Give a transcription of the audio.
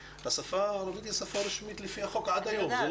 השפה הערבית היא שפה רשמית לפי החוק עד היום.